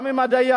גם עם הדיירים.